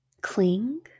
cling